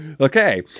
okay